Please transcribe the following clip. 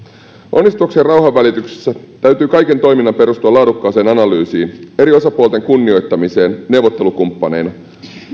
onnistuakseen rauhanvälityksessä täytyy kaiken toiminnan perustua laadukkaaseen analyysiin eri osapuolten kunnioittamiseen neuvottelukumppaneina